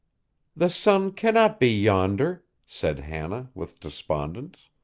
the sun cannot be yonder said hannah, with despondence.